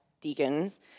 deacons